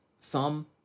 thumb